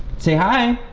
say hi!